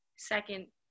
Second